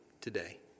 today